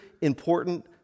important